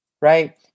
Right